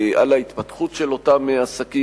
על ההתפתחות של אותם עסקים,